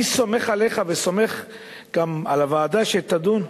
אני סומך עליך וסומך גם על הוועדה שתדון,